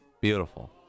beautiful